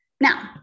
Now